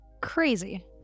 crazy